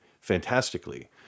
fantastically